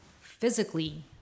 physically